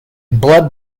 blood